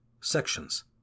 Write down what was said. sections